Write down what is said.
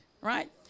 right